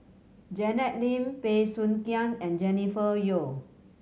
Janet Lim Bey Soo Khiang and Jennifer Yeo